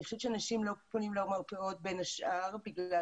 אני חושבת שאנשים לא פונים למרפאות, בין השאר בגלל